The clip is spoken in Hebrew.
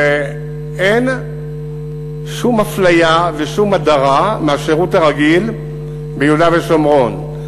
אין שום אפליה ושום הדרה מהשירות הרגיל ביהודה ושומרון,